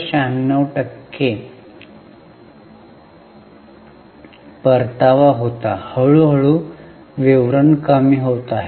96 टक्के परतावा होता हळू हळू विवरण कमी होत आहे